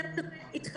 הצוות הזה יתחלף.